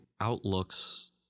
outlooks